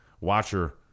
watcher